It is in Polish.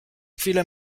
chwilę